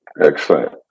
Excellent